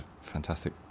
fantastic